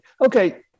Okay